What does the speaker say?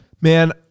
Man